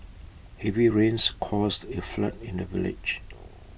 heavy rains caused A flood in the village